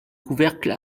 couvercle